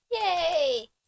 Yay